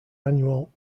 annual